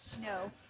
No